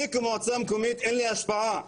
אני כמועצה מקומית אין לי השפעה,